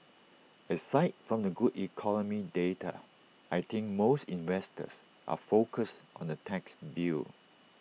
aside from the good economic data I think most investors are focused on the tax bill